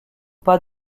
pas